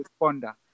responder